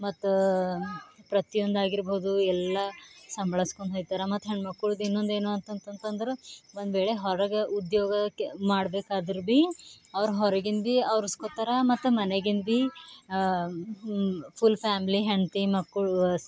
ಮತ್ತು ಪ್ರತಿಯೊಂದು ಆಗಿರ್ಬೌದು ಎಲ್ಲ ಸಂಭಾಳಸ್ಕೊಂಡು ಹೋಯ್ತಾರ ಮತ್ತು ಹೆಣ್ಮಕ್ಳದು ಇನ್ನೊಂದು ಏನು ಅಂತಂತಂತಂದ್ರೆ ಒಂದ್ವೇಳೆ ಹೊರಗೆ ಉದ್ಯೋಗಕ್ಕೆ ಮಾಡ್ಬೇಕಾದ್ರು ಭೀ ಅವರು ಹೊರಗಿಂದೆ ಅವ್ರಸ್ಕೊತಾರ ಮತ್ತು ಮನೆಗಿಂದು ಭೀ ಫುಲ್ ಫ್ಯಾಮ್ಲಿ ಹೆಂಡತಿ ಮಕ್ಕಳು